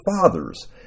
fathers